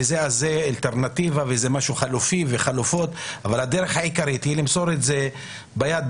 זאת אלטרנטיבה וזה משהו חלופי אבל הדרך העיקרית היא למסור את זה ביד,